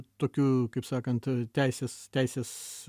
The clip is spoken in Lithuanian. tokiu kaip sakant teisės teisės